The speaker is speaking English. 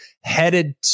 Headed